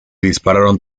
dispararon